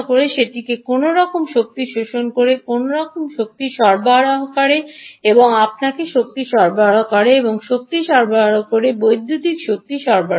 সেখানে কোনওরকম শক্তি শোষণ করে কোনওরকম শক্তি সরবরাহ করে এবং আপনাকে শক্তি সরবরাহ করে এবং শক্তি সরবরাহ করে বৈদ্যুতিক শক্তি সরবরাহ করে